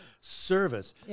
service